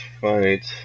fight